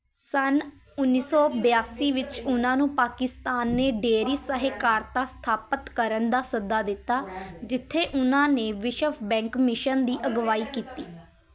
ਸੰਨ ਉੱਨੀ ਸੌ ਬਿਆਸੀ ਵਿੱਚ ਉਹਨਾਂ ਨੂੰ ਪਾਕਿਸਤਾਨ ਨੇ ਡੇਅਰੀ ਸਹਿਕਾਰਤਾ ਸਥਾਪਤ ਕਰਨ ਦਾ ਸੱਦਾ ਦਿੱਤਾ ਜਿੱਥੇ ਉਹਨਾਂ ਨੇ ਵਿਸ਼ਵ ਬੈਂਕ ਮਿਸ਼ਨ ਦੀ ਅਗਵਾਈ ਕੀਤੀ